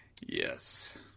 Yes